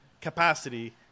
capacity